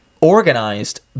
organized